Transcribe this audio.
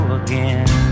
again